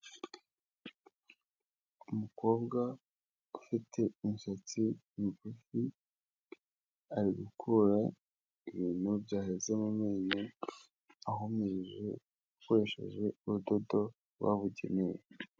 Umukobwa ufite imisatsi migufi, ari gukura ibintu byaheze mu menyo, ahumurije akoresheje urudodo rwabugenewe.